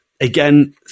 again